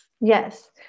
Yes